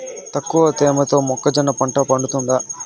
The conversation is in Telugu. తక్కువ తేమతో మొక్కజొన్న పంట పండుతుందా?